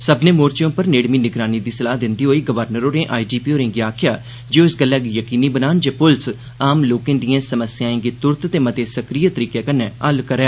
सब्मनें मोर्चे उप्पर नेड़मी निगरानी दी सलाह् दिंदे होई गवर्नर होरें प्ळच होरेंगी आखेआ जे ओह् इस गल्लै गी यकीनी बनान जे पुलस आम लोके दिएं समस्याएं गी तुरत ते मते सक्रिय तरीके कन्नै हल करै